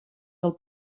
del